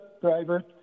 driver